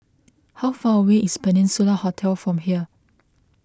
how far away is Peninsula Hotel from here